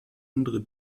andere